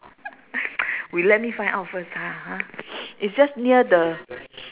you let me find out first lah ha is just near the